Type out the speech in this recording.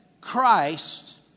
Christ